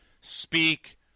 speak